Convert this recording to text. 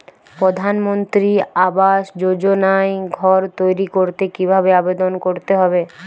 প্রধানমন্ত্রী আবাস যোজনায় ঘর তৈরি করতে কিভাবে আবেদন করতে হবে?